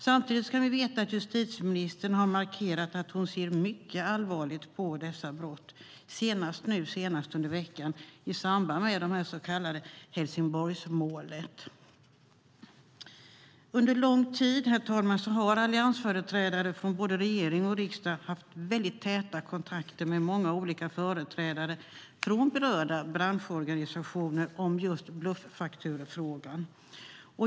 Samtidigt har justitieministern markerat att hon ser mycket allvarligt på dessa brott, senast nu under veckan i samband med det så kallade Helsingborgsmålet. Under lång tid, herr talman, har alliansföreträdare från både regeringen och riksdagen haft täta kontakter med många olika företrädare från berörda branschorganisationer om bluffakturefrågan.